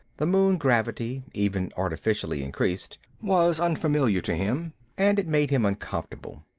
the moon gravity, even artificially increased, was unfamiliar to him and it made him uncomfortable.